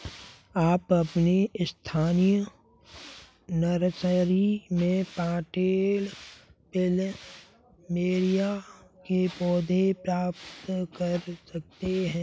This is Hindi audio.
आप अपनी स्थानीय नर्सरी में पॉटेड प्लमेरिया के पौधे प्राप्त कर सकते है